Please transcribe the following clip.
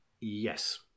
yes